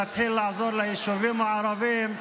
נתחיל לעזור ליישובים הערביים.